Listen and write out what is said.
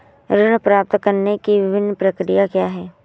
ऋण प्राप्त करने की विभिन्न प्रक्रिया क्या हैं?